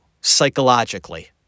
Psychologically